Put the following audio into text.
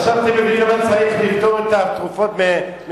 עכשיו אתם מבינים למה צריך לפטור את התרופות ממס?